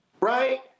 right